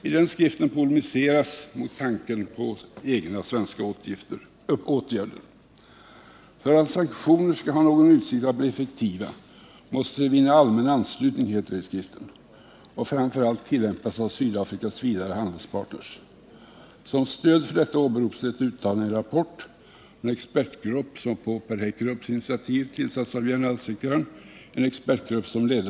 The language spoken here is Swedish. I den skriften polemiseras mot tanken på egna svenska åtgärder. För att sanktioner skall ha någon utsikt att bli effektiva måste de vinna allmän anslutning och framför allt tillämpas av Sydafrikas andra handelspartner, heter det i skriften. Som stöd för detta åberopas ett uttalande i en rapport från en expertgrupp under Alva Myrdals ledning, som på Per Heekkerups initiativ tillsattes av generalsekreteraren.